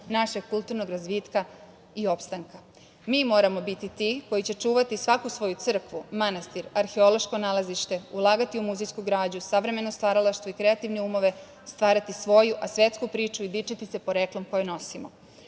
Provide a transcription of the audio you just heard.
našeg kulturnog razvitka i opstanka. Mi moramo biti ti koji će čuvati svako svoju crkvu, manastir, arheološko nalazište, ulagati u muzejsku građu, savremeno stvaralaštvo i kreativne umove, stvarati svoju a svetsku priču i dičiti se poreklom koje nosimo. Možda